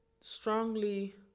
strongly